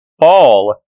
fall